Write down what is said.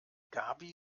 gaby